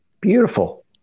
Beautiful